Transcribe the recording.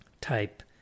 type